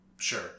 Sure